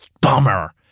bummer